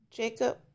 Jacob